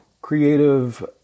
creative